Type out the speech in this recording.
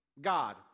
God